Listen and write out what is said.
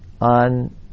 on